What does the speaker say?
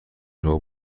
شما